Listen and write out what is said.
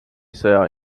sõja